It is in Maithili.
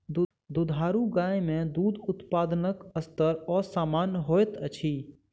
दुधारू गाय मे दूध उत्पादनक स्तर असामन्य होइत अछि